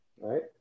right